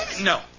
No